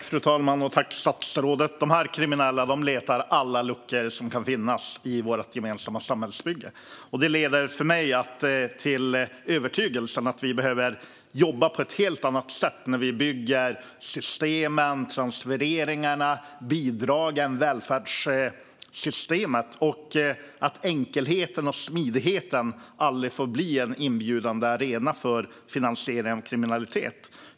Fru talman! Tack, statsrådet! De här kriminella letar efter alla luckor som kan finnas i vårt gemensamma samhällsbygge. Det leder mig till övertygelsen att vi behöver jobba på ett helt annat sätt när vi bygger systemen, transfereringarna och bidragen - alltså välfärdssystemet. Enkelheten och smidigheten får aldrig bli en inbjudande arena för finansiering av kriminalitet.